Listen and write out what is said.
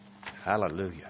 Hallelujah